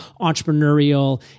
entrepreneurial